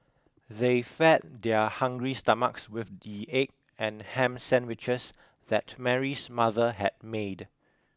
they fed their hungry stomachs with the egg and ham sandwiches that Mary's mother had made